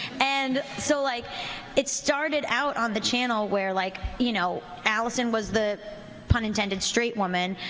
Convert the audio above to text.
and so like it started out on the channel where, like, you know, allison was the pun intended straight woman.